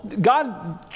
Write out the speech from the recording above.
God